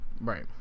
Right